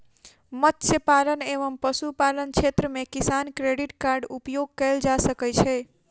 मत्स्य पालन एवं पशुपालन क्षेत्र मे किसान क्रेडिट कार्ड उपयोग कयल जा सकै छै